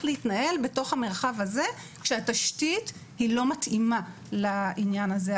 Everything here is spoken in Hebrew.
להתנהל בתוך המרחב הזה כשהתשתית לא מתאימה לעניין הזה.